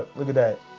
look at that.